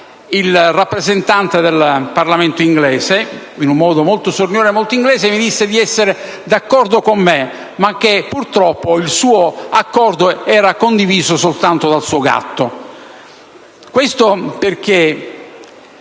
Il rappresentante del Parlamento britannico, in un modo molto sornione e molto inglese, mi disse di essere d'accordo con me, ma che, purtroppo, il suo accordo era condiviso soltanto dal suo gatto. Lei, signor